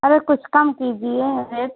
अरे कुछ कम कीजिए रेट